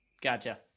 Gotcha